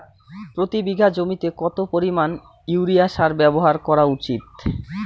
প্রতি বিঘা জমিতে কত পরিমাণ ইউরিয়া সার ব্যবহার করা উচিৎ?